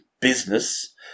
business